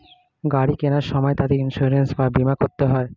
গাড়ি কেনার সময় তাতে ইন্সুরেন্স বা বীমা করতে হয়